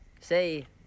say